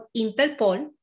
Interpol